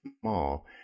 small